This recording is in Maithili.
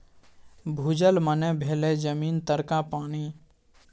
भूजल मने भेलै जमीन तरका पानि